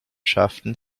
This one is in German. schafften